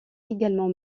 également